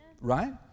Right